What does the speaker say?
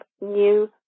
new